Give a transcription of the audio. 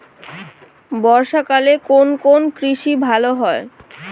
বর্ষা কালে কোন কোন কৃষি ভালো হয়?